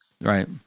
Right